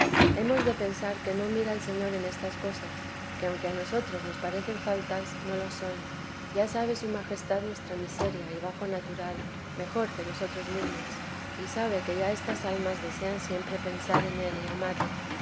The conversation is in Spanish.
hemos de pensar que no mira el señor en estas cosas que aunque a nosotros nos parecen faltas no lo son ya sabe su majestad nuestra miseria y bajo natural mejor que nosotros mesmos y sabe que ya estas almas desean siempre pensar en él y amarle